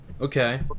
Okay